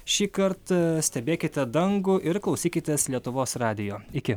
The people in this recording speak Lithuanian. šįkart stebėkite dangų ir klausykitės lietuvos radijo iki